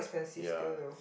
ya